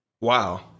Wow